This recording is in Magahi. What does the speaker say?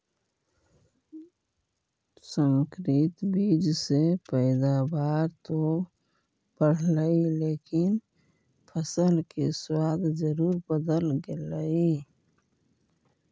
संकरित बीज से पैदावार तो बढ़लई लेकिन फसल के स्वाद जरूर बदल गेलइ